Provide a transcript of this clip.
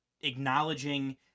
acknowledging